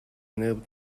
unable